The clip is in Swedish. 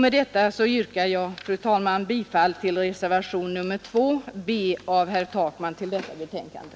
Med detta yrkar jag, fru talman, bifall till reservationen 2 b av herr Takman till detta betänkande.